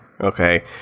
Okay